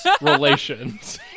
relations